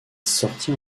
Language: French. sortit